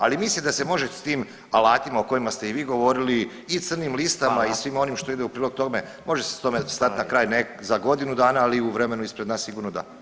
Ali mislim da se može s tim alatima o kojima ste i vi govorili i crnim listama i svima onim što [[Upadica: Hvala.]] ide u prilog tome, može se tome stati na kraj [[Upadica: Hvala lijepa.]] za godinu dana, ali i u vremenu ispred nas sigurno da.